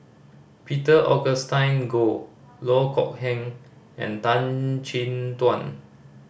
Peter Augustine Goh Loh Kok Heng and Tan Chin Tuan